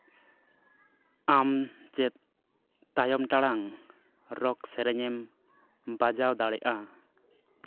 ᱟᱢ ᱪᱮᱫ ᱛᱟᱭᱚᱢ ᱴᱟᱲᱟᱝ ᱨᱚᱠ ᱥᱮᱨᱮᱧ ᱮᱢ ᱵᱟᱡᱟᱣ ᱫᱟᱲᱮᱜᱼᱟ